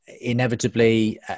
Inevitably